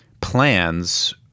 plans